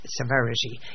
severity